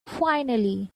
finally